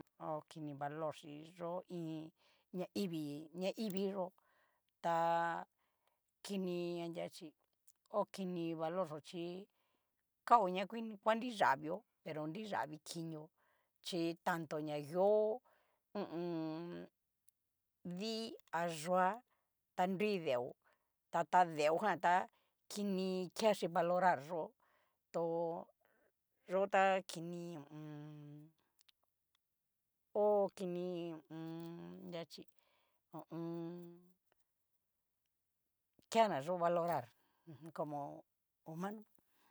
Ho kini valor xi yó iin ñaivii ñaivii yó, ta kini anria achí ho kini valor xó chí, kao ña guanriyavio pero nriyavi kinio, chi tanto na ngio hu u un. dii a yua ta nrui deo ta ta deojan tá, kini kexhi valoral yó to yó ta kini hu u un. ho kini hu u u. nria achí ho o on. keana yó valorar como humano.